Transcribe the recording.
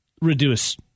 reduce